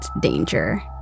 danger